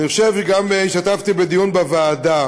אני חושב, גם השתתפתי בדיון בוועדה